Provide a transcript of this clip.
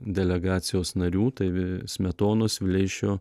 delegacijos narių tai ve smetonos vileišio